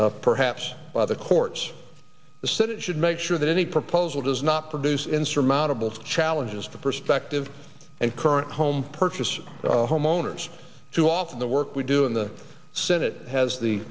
basis perhaps by the courts the senate should make sure that any proposal does not produce insurmountable challenges for perspective and current home purchase homeowners too often the work we do in the senate has the